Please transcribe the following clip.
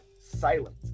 silent